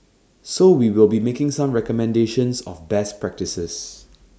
so we will be making some recommendations of best practices